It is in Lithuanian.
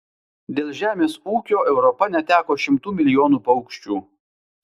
dėl žemės ūkio europa neteko šimtų milijonų paukščių